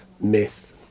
myth